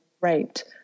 raped